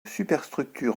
superstructure